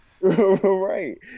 Right